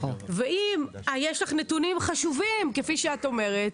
ואם יש לך נתונים חשובים, כפי שאת אומרת,